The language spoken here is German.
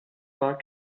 zwar